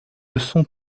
leçons